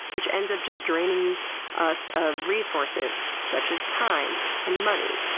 which ends up just draining us of resources such as time and money.